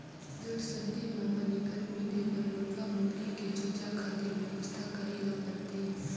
जूड़ सरदी म बने गरमी देबर मुरगा मुरगी के चूजा खातिर बेवस्था करे ल परथे